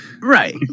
right